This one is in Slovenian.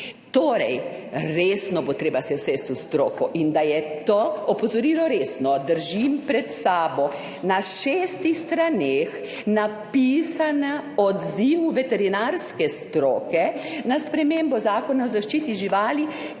Torej, resno se bo treba usesti s stroko. Da je to opozorilo resno, držim pred sabo na šestih straneh napisan odziv veterinarske stroke na spremembo Zakona o zaščiti živali,